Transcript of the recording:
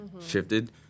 shifted